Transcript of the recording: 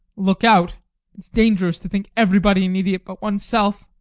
look out it's dangerous to think everybody an idiot but oneself!